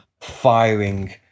firing